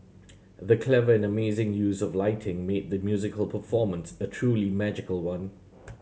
the clever and amazing use of lighting made the musical performance a truly magical one